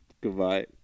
Goodbye